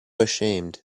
ashamed